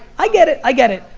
i get it, i get it.